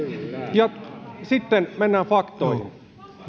ja sitten mennään faktoihin